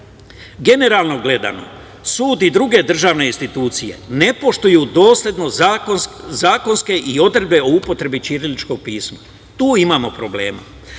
Generalno gledano, sud i u druge državne institucije ne poštuju doslednost zakonske i odredbe o upotrebi ćiriličkog pisma. Tu imamo problema.